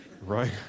right